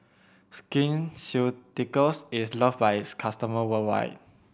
Skin Ceuticals is loved by its customer worldwide